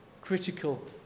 critical